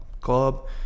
Club